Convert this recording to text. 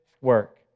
work